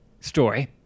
story